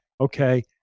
okay